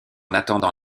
attendant